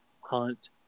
hunt